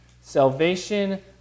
Salvation